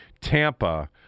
Tampa